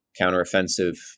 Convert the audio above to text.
counteroffensive